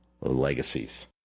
legacies